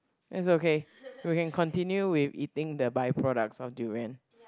that's okay we can continue with eating the by products of durian